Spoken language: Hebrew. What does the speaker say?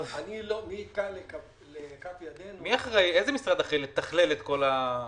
מי יתקע לכף ידנו ש --- איזה משרד אחראי לתכלל את כל הנושא?